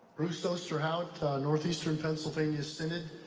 bruce so oosterhaut northeast and pennsylvania synod.